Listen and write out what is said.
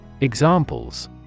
Examples